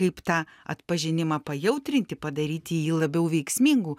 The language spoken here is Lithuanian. kaip tą atpažinimą pajautrinti padaryti jį labiau veiksmingu